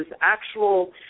actual